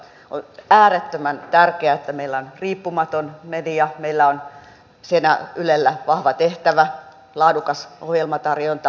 on äärettömän tärkeää että meillä on riippumaton media meillä on siinä ylellä vahva tehtävä laadukas ohjelmatarjonta